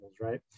right